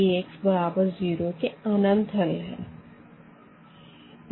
Ax बराबर 0 के अनंत हल है